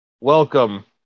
welcome